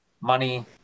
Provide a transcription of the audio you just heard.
money